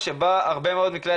הוא שואל מי סובל מחרדה של אקלים,